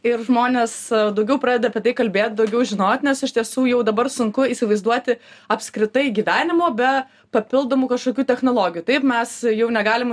ir žmonės daugiau pradeda apie tai kalbėt daugiau žinot nes iš tiesų jau dabar sunku įsivaizduoti apskritai gyvenimo be papildomų kažkokių technologijų taip mes jau negalim